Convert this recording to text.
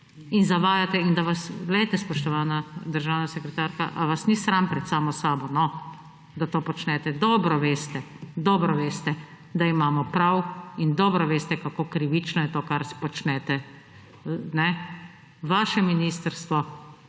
in zavajate in da vas… Poglejte spoštovana državna sekretarka, ali vas ni sram pred samo sabo, da to počnete. Dobro veste, dobro veste, da imamo prav in dobro veste kako krivično je to kar počnete. Vaše ministrstvo